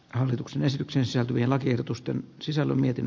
hallituksen esityksessä vielä tiedotusten sisällä mietin